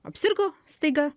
apsirgo staiga